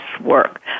work